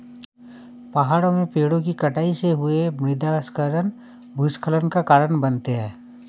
पहाड़ों में पेड़ों कि कटाई से हुए मृदा क्षरण भूस्खलन का कारण बनते हैं